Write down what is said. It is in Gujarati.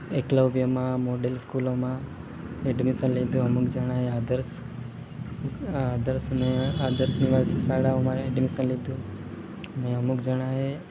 એકલવ્યમાં મોડલ સ્કૂલોમાં એડમિશન લીધું અમુક જણાએ અધર્સ અધર્સ આદર્સ નિવાસી શાળાઓમાં એડમિશન લીધું ને અમુક જણાએ